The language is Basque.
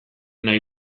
nahi